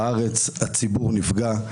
הציבור נפגע.